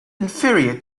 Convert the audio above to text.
inferior